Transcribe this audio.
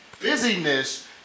busyness